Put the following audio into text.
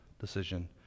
decision